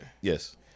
Yes